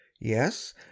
yes